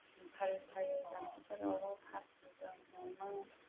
मुसारि सायो जाम्फैफोरावबो फासिजों हमो